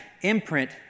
imprint